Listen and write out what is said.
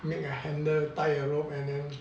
make a handle tie a rope and then